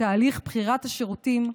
בתהליך בחירת השירותים,